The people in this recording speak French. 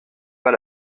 pas